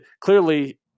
clearly